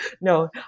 No